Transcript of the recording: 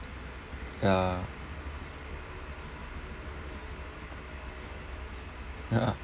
ya ya